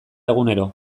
egunero